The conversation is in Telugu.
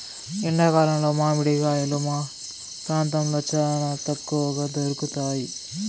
ఎండా కాలంలో మామిడి కాయలు మా ప్రాంతంలో చానా తక్కువగా దొరుకుతయ్